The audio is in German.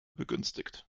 begünstigt